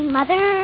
Mother